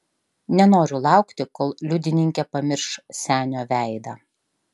nenoriu laukti kol liudininkė pamirš senio veidą